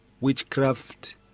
witchcraft